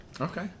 Okay